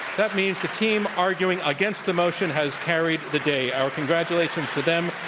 that means the team arguing against the motion has carried the day. our congratulations to them,